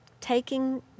taking